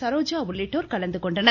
சரோஜா உள்ளிட்டோர் கலந்துகொண்டனர்